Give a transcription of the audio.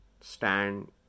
stand